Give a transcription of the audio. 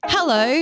Hello